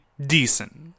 decent